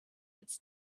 its